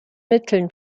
mitteln